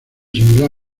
similar